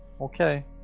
okay